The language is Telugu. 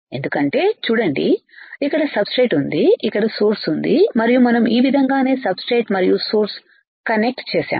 ఎందుకంటే చూడండి ఇక్కడ సబ్ స్ట్రేట్ ఉంది ఇక్కడ సోర్స్ ఉంది మరియు మనం ఈ విధంగా సబ్ స్ట్రేట్ మరియు సోర్స్ కనెక్ట్ చేసాము